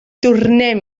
tornem